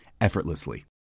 effortlessly